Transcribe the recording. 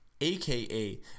AKA